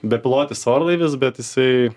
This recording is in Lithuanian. bepilotis orlaivis bet jisai